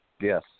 Yes